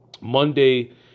Monday